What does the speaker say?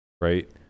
right